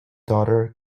daughter